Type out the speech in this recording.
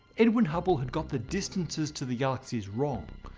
edwin hubble had got the distances to the galaxies wrong.